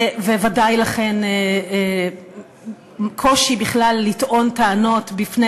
וודאי לכן היה קושי בכלל לטעון טענות בפני